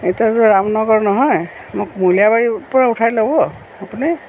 এতিয়াতো ৰাম নগৰ নহয় মোক মূলায়াবাৰীৰপৰা উঠাই ল'ব আপুনি